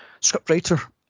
scriptwriter